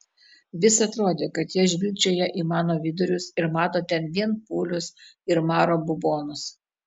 vis atrodė kad jie žvilgčioja į mano vidurius ir mato ten vien pūlius ir maro bubonus